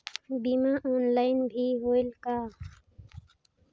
बीमा ऑनलाइन भी होयल का?